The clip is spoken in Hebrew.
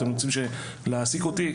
אתם רוצים להעסיק אותי,